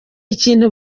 ikintu